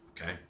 Okay